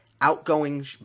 outgoing